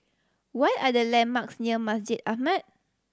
what are the landmarks near Masjid Ahmad